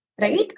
Right